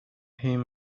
him